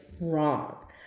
wrong